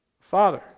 Father